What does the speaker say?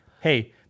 hey